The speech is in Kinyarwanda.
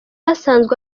asanzwe